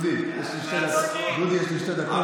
דודי, יש לי שתי דקות.